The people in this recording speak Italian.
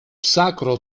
sacro